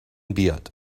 بیاد